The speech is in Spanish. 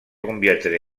convierten